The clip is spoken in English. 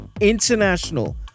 International